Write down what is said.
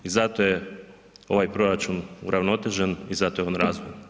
I zato je ovaj proračun uravnotežen i zato je on u razvoju.